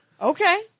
Okay